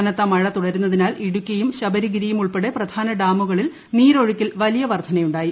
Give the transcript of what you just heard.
കനത്ത മഴ തുടരുന്നതിനാൽ ഇടുക്കിയും ശബരിഗിരിയുമുൾപ്പെടെ പ്രധാന ഡാമുകളിൽ നീരൊഴുക്കിൽ വലിയ വർദ്ധനയുണ്ടായി